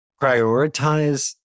prioritize